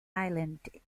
island